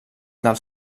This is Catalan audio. del